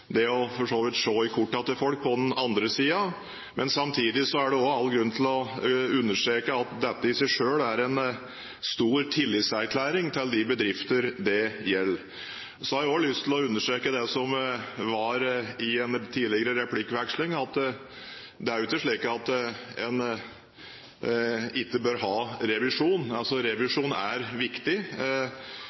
det å for så vidt se i kortene til folk på den andre siden, men samtidig er det også all grunn til å understreke at dette i seg selv er en stor tillitserklæring til de bedrifter det gjelder. Så har jeg også lyst til å understreke det som var sagt i en tidligere replikkveksling, at det er jo ikke slik at en ikke bør ha revisjon. Revisjon er viktig.